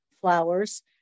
flowers